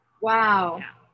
wow